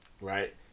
right